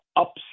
up